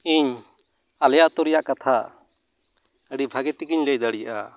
ᱤᱧ ᱟᱞᱮ ᱟᱛᱳ ᱨᱮᱭᱟᱜ ᱠᱟᱛᱷᱟ ᱟᱹᱰᱤ ᱵᱷᱟᱜᱮ ᱛᱮᱜᱮᱧ ᱞᱟᱹᱭ ᱫᱟᱲᱮᱭᱟᱜᱼᱟ